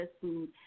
food